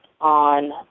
on